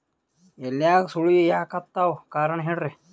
ಎಲ್ಯಾಗ ಸುಳಿ ಯಾಕಾತ್ತಾವ ಕಾರಣ ಹೇಳ್ರಿ?